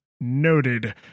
Noted